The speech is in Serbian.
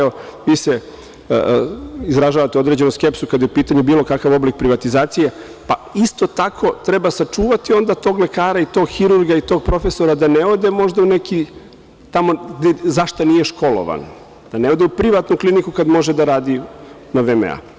Vi izražavate određenu skepsu kada je u pitanju bilo kakav oblik privatizacije, ali, isto tako, treba sačuvati onda tog lekara i tog hirurga i tog profesora da ne ode možda negde za šta nije školovan, da ne ode u privatnu kliniku kad može da radi na VMA.